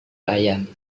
ayam